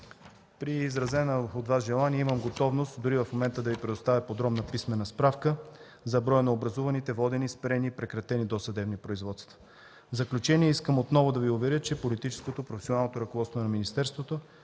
При изразено от Вас желание имам готовност дори в момента да Ви предоставя готова писмена справка за броя на образуваните, водени и спрени досъдебни производства. В заключение искам отново да Ви уверя, че политическото и професионалното ръководство на министерството,